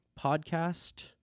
podcast